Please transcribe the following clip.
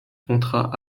contrat